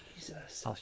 Jesus